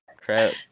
Crap